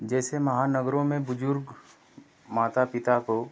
जैसे महानगरों में बुजुर्ग माता पिता को